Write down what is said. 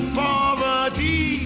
poverty